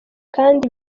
kandi